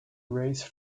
racer